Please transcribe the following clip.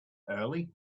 early